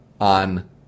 on